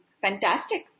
fantastic